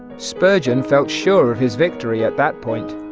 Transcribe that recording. spurgeon felt sure of his victory at that point,